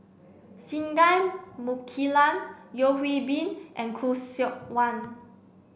Singai Mukilan Yeo Hwee Bin and Khoo Seok Wan